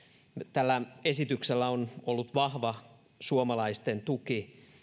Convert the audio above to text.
tällä esityksellä on ollut vahva suomalaisten tuki